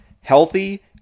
healthy